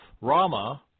Rama